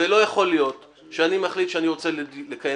ולא יכול להיות שאני מחליט שאני רוצה לקיים